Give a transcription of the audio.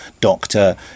doctor